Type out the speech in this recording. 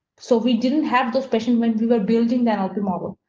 so we didn't have those patients when we were building that model.